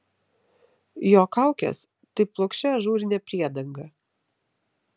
jo kaukės tai plokščia ažūrinė priedanga